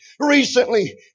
Recently